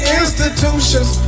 institutions